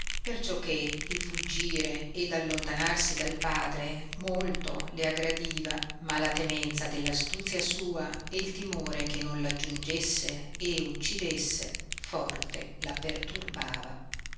potesse perciò che il fuggire ed allontanarsi dal padre molto le aggradiva ma la temenza dell'astuzia sua e il timore che non aggiungesse e uccidesse forte la perturbava